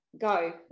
Go